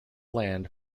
land